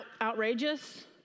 outrageous